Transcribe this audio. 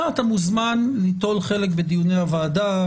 אתה מוזמן ליטול חלק בדיוני הוועדה,